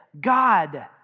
God